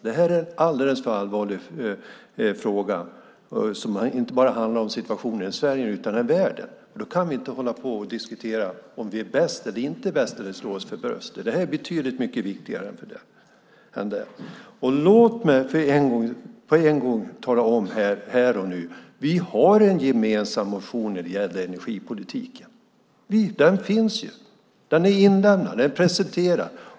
Det här är en alldeles för allvarlig fråga som inte bara handlar om situationen i Sverige utan i världen. Då kan vi inte hålla på och diskutera om vi är bäst eller inte bäst och slå oss för bröstet. Det här är betydligt mycket viktigare än så. Låt mig på en gång tala om här och nu att vi har en gemensam motion när det gäller energipolitiken. Den finns ju. Den är inlämnad. Den är presenterad.